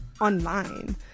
Online